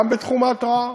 גם בתחום ההתרעה,